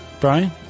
Brian